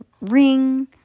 ring